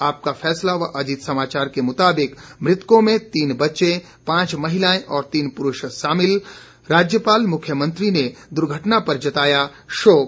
आपका फैसला व अजीत समाचार के मुताबिक मृतकों में तीन बच्चे पांच महिलाएं और तीन पुरूष शामिल राज्यपाल मुख्यमंत्री ने दुर्घटना पर जताया शोक